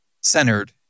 centered